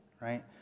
Right